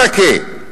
ברכה,